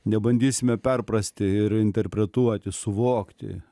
nebandysime perprasti ir interpretuoti suvokti